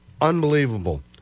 Unbelievable